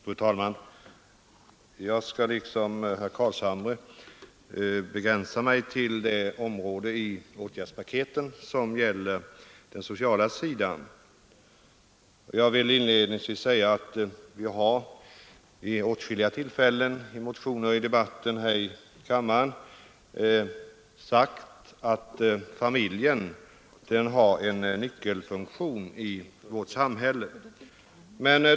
Fru talman! Jag skall liksom herr Carlshamre begränsa mig till det område i åtgärdspaketet som gäller den sociala sidan. Jag vill inledningsvis erinra om att vi vid åtskilliga tillfällen i motioner och i debatter här i kammaren har sagt att familjen har en nyckelfunktion i vårt samhälle.